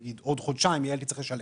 נגיד עוד חודשיים כשנצטרך לשלם.